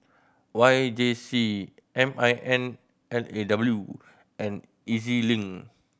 Y J C M I N L A W and E Z Link